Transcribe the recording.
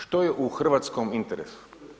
Što je u hrvatskom interesu?